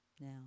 now